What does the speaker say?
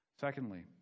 Secondly